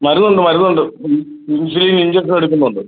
മരുന്ന് ഉണ്ട് മരുന്ന് ഉണ്ട് ആ ഇൻസുലിൻ ഇഞ്ചക്ഷൻ എടുക്കുന്നുണ്ട്